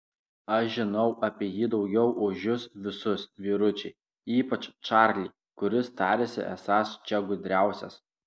aš žinau apie jį daugiau už jus visus vyručiai ypač čarlį kuris tariasi esąs čia gudriausias